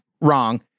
wrong